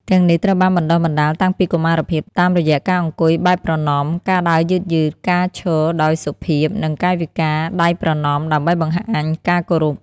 ទាំងនេះត្រូវបានបណ្តុះបណ្តាលតាំងពីកុមារភាព តាមរយៈការអង្គុយបែបប្រណម្យ ការដើរយឺតៗ ការឈរដោយសុភាព និងកាយវិការដៃប្រណម្យដើម្បីបង្ហាញការគោរព។